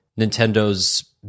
nintendo's